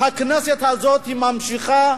הכנסת הזאת ממשיכה,